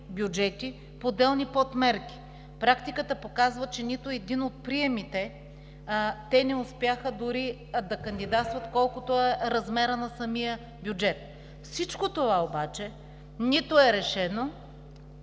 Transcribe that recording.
бюджети в отделни подмерки. Практиката показва, че нито един от приемите – те не успяха дори да кандидатстват, е колкото размера на самия бюджет. Всичко това обаче не е решено,